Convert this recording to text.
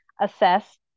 Assess